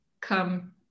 come